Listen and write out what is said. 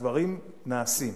הדברים נעשים.